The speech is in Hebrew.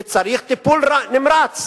וצריך טיפול נמרץ.